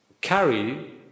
carry